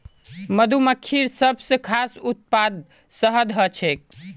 मधुमक्खिर सबस खास उत्पाद शहद ह छेक